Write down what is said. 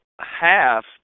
half